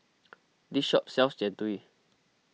this shop sells Jian Dui